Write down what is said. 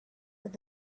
that